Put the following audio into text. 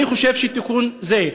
אני חושב שעצם התיקון הזה,